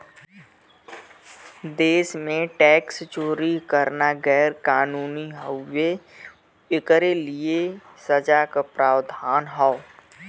देश में टैक्स चोरी करना गैर कानूनी हउवे, एकरे लिए सजा क प्रावधान हौ